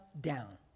down